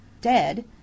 dead